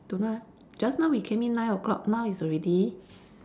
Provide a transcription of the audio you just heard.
don't know ah just now we come in nine o-clock now is already